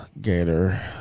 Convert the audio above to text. gator